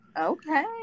Okay